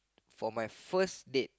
for my first date